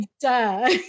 duh